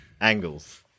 angles